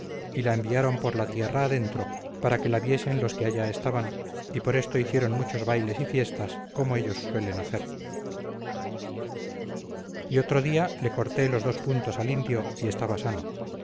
y la enviaron por la tierra adentro para que la viesen los que allá estaban y por esto hicieron muchos bailes y fiestas como ellos suelen hacer y otro día le corté los dos puntos al indio y estaba sano